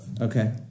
okay